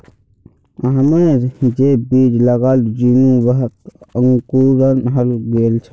आमेर जे बीज लगाल छिनु वहात अंकुरण हइ गेल छ